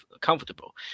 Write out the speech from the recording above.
comfortable